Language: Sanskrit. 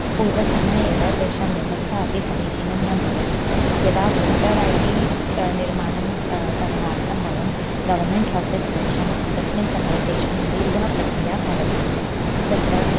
पूर्वसमये एव तेषां व्यवस्था अपि समीचीनं न भवति यदा वोटर् ऐ डि निर्माणं करणार्थं वयं गवमेण्ट् आफ़िस् गच्छामः तस्मिन् समये तेषां दीर्घा प्रक्रिया भवति तत्र